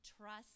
trust